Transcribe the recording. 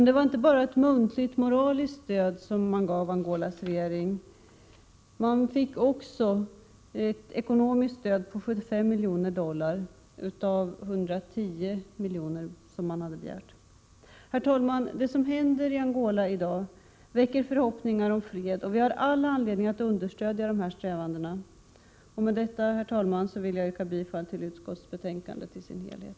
Det var inte bara ett muntligt moraliskt stöd, utan Angolas regering fick också ett ekonomiskt stöd på 75 miljoner dollar av begärda 110. Herr talman! Det som händer i Angola väcker förhoppningar om fred, och vi har all anledning att understödja dessa strävanden. Med detta, herr talman, vill jag yrka bifall till utskottets hemställan i dess helhet.